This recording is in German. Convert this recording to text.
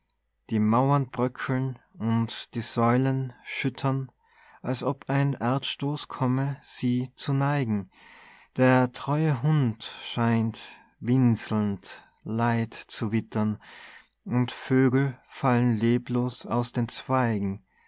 die mauern bröckeln und die säulen schüttern als ob ein erdstoß komme sie zu neigen der treue hund scheint winselnd leid zu wittern und vögel fallen leblos aus den zweigen